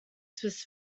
swiss